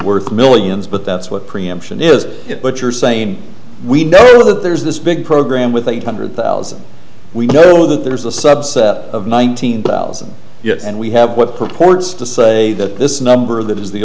worth millions but that's what preemption is but you're saying we know very well that there's this big program with eight hundred thousand we know that there's a subset of nineteen thousand yet and we have what purports to say that this number that is the